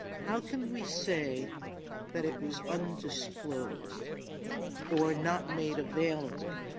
how can we say that it was undisclosed or not made available